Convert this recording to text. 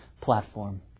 platform